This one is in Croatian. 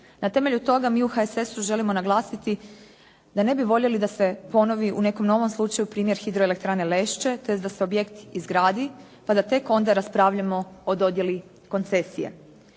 Na temelju toga mi u HSS-u želimo naglasiti da ne bi voljeli da se ponovi u nekom novom slučaju primjer hidroelektrane Lešće, tj. da se objekt izgradi pa da tek onda raspravljamo o dodjeli koncesije.